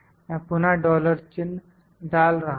मैं पुनः डॉलर चिन्ह डाल रहा हूं